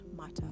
matter